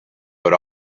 but